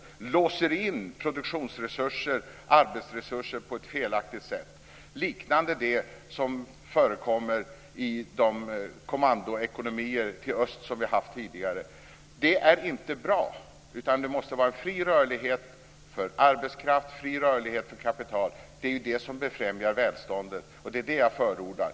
De låser in produktionsresurser och arbetsresurser på ett felaktigt sätt liknande det som förekom i de kommandoekonomier som vi tidigare haft i öst. Det är inte bra. Det måste vara fri rörlighet för arbetskraft och fri rörlighet för kapital. Det är det som befrämjar välståndet och vad jag förordar.